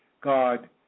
God